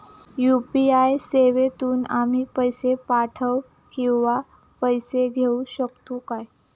UPI सेवेतून आम्ही पैसे पाठव किंवा पैसे घेऊ शकतू काय?